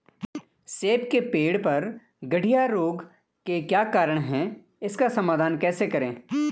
सेब के पेड़ पर गढ़िया रोग के क्या कारण हैं इसका समाधान कैसे करें?